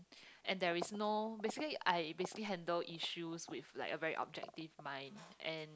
and there is no basically I basically handle issues with like a very objective mind and